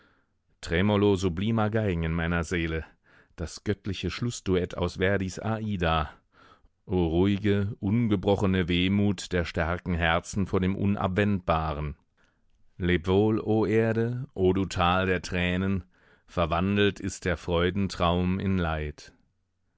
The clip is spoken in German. tremolo sublimer geigen in meiner seele das göttliche schlußduett aus verdis ada o ruhige ungebrochene wehmut der starken herzen vor dem unabwendbaren leb wohl o erde o du tal der tränen verwandelt ist der freuden traum in leid